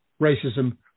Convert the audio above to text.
racism